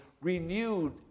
renewed